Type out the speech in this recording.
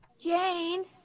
Jane